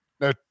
no